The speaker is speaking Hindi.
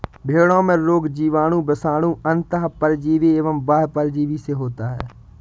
भेंड़ों में रोग जीवाणु, विषाणु, अन्तः परजीवी और बाह्य परजीवी से होता है